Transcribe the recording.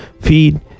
feed